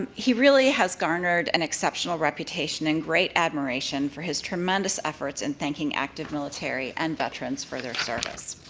um he really has garnered an exceptional reputation and great admiration for his tremendous efforts in thanking active military and veterans for their service.